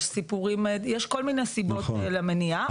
יש כל מיני סיבות למניעה.